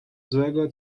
złego